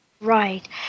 Right